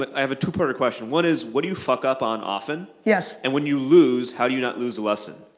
but i have a two part question, one is, what do you fuck up on, often? yes. and when you lose, how do you not lose the lesson?